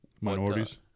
Minorities